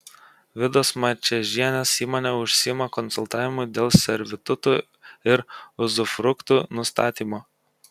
vidos mačiežienės įmonė užsiima konsultavimu dėl servitutų ir uzufruktų nustatymo